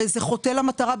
זה חוטא למטרה.